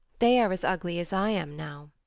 they are as ugly as i am now.